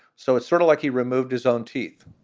so it's sort of like he removed his own teeth.